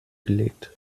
gelegt